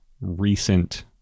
recent